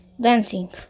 dancing